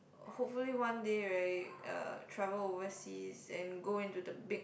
hopefully one day right uh travel overseas and go into the big